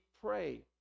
pray